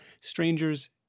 strangers